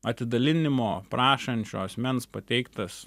atidalinimo prašančio asmens pateiktas